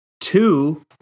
Two